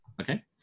Okay